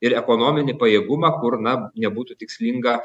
ir ekonominį pajėgumą kur na nebūtų tikslinga